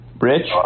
Rich